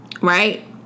right